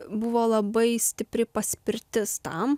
buvo labai stipri paspirtis tam